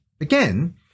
again